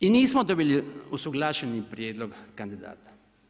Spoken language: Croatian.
I nismo dobili usuglašeni prijedlog kandidata.